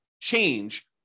change